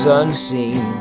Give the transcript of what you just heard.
unseen